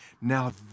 now